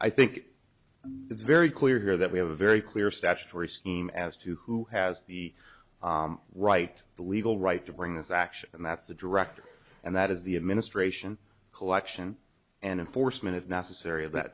i think it's very clear here that we have a very clear statutory scheme as to who has the right the legal right to bring this action and that's the director and that is the administration collection and enforcement if necessary of that